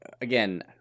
Again